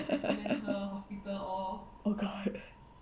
oh god